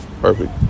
perfect